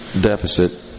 Deficit